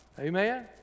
Amen